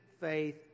faith